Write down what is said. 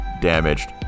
damaged